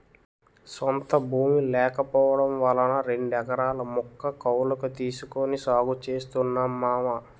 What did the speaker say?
సొంత భూమి లేకపోవడం వలన రెండెకరాల ముక్క కౌలకు తీసుకొని సాగు చేస్తున్నా మావా